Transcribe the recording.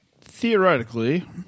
Theoretically